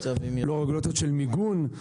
לא רגולציות של מיגון,